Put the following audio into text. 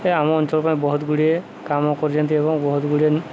ଏ ଆମ ଅଞ୍ଚଳ ପାଇଁ ବହୁତଗୁଡ଼ିଏ କାମ କରିଛନ୍ତି ଏବଂ ବହୁତଗୁଡ଼ିଏ